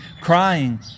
crying